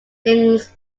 things